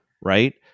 right